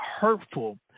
hurtful